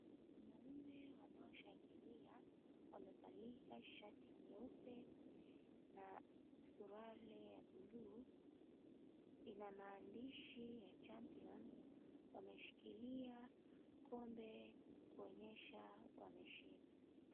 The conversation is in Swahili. Wanaume wanaoshangilia wamevalia shati nyeupe na suruali ya bluu ina maandishi ya champions wameshikilia kombe kuonyesha wameshinda.